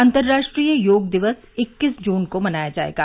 अंतर्राष्ट्रीय योग दिवस इक्कीस जून को मनाया जाएगा